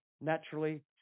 naturally